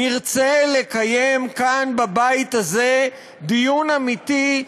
נרצה לקיים כאן בבית הזה דיון אמיתי,